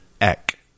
Eck